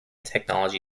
technology